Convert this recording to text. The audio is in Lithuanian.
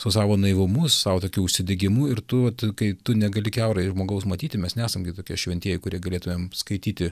su savo naivumu su savo tokiu užsidegimu ir tu tu kai tu negali kiaurai žmogaus matyti mes nesam gi tokie šventieji kurie galėtumėm skaityti